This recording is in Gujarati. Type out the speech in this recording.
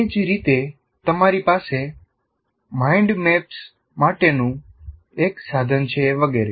એ જ રીતે તમારી પાસે માઇન્ડ મેપ્સ માટેનું એક સાધન છે વગેરે